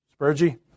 spurgey